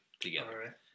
together